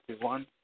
one